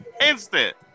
Instant